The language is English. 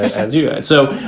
as you sow.